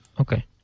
Okay